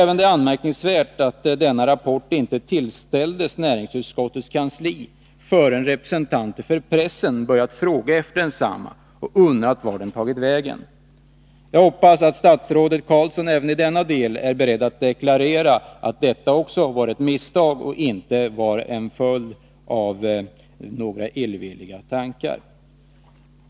Det är anmärkningsvärt att denna rapport inte tillställdes näringsutskottets kansli, förrän representanter för pressen börjat fråga efter densamma och undrat vart den tagit vägen. Jag hoppas att statsrådet Roine Carlsson är beredd att deklarera att också detta var ett misstag och inte en följd av några illvilliga tankar.